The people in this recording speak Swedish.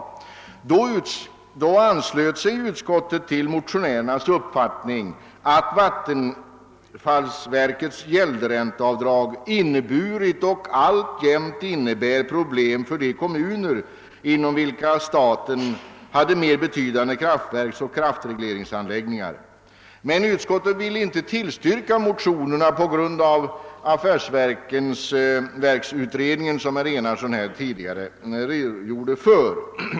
Då anslöt sig utskottet till motionärernas uppfattning att vattenfallsverkets gäldränteavdrag inneburit och alltjämt innebär problem för de kommuner inom vilka staten har mer betydande kraftverksoch kraftregleringsanläggningar. Men utskottet ville inte tillstyrka motionerna på grund av affärsverksutredningens förslag, som herr Enarsson tidigare redogjort för.